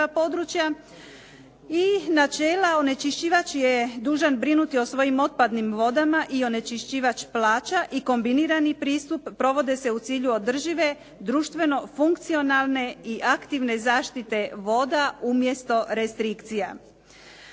načela onečišćivač je dužan brinuti o svojim otpadnim vodama i onečišćivač plaća i kombinirani pristup provode se u cilju održive, društveno funkcionalne i aktivne zaštite voda umjesto restrikcija.